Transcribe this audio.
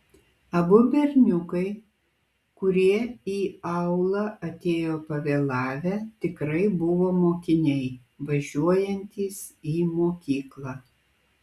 abu berniukai kurie į aulą atėjo pavėlavę tikrai buvo mokiniai važiuojantys į mokyklą